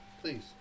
please